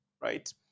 right